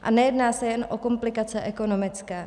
A nejedná se jen o komplikace ekonomické.